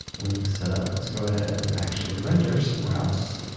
link set up. let's go ahead and actually render some routes.